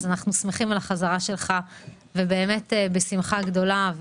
אנחנו שמחים על החזרה שלך, שמחה גדולה.